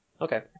Okay